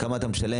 כמה אתה משלם,